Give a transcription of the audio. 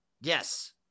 Yes